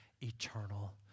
eternal